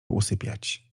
usypiać